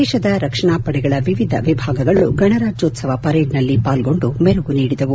ದೇಶದ ರಕ್ಷಣಾ ಪಡೆಗಳ ವಿವಿಧ ವಿಭಾಗಗಳು ಗಣರಾಜ್ಯೋತ್ಸವ ಪರೇಡ್ನಲ್ಲಿ ಪಾಲ್ಗೊಂಡು ಮೆರುಗು ನೀಡಿದವು